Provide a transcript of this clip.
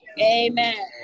Amen